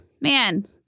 man